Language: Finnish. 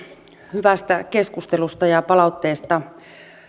hyvästä keskustelusta ja palautteesta